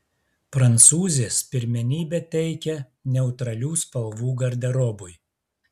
prancūzės pirmenybę teikia neutralių spalvų garderobui